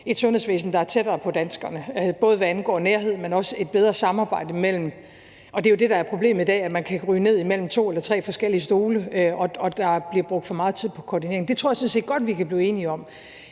et sundhedsvæsen, der er tættere på danskerne, både hvad angår nærhed, men også et bedre samarbejde. Det er jo det, der er problemet i dag: at man kan ryge ned mellem to eller tre forskellige stole, og at der bliver brugt for meget tid på koordinering. Det tror jeg sådan set godt vi kan blive enige om.